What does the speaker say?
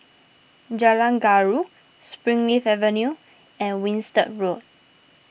Jalan Gaharu Springleaf Avenue and Winstedt Road